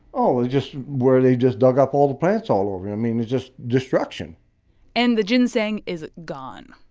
oh, it's just where they just dug up all the plants all over. i mean, it's just destruction and the ginseng is gone.